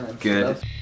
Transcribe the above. Good